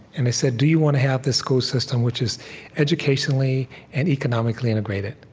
and they said, do you want to have this school system which is educationally and economically integrated?